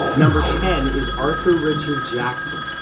number ten is arthur richard jackson.